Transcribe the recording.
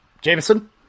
Jameson